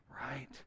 Right